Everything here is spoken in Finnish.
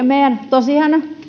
meidän tosiaan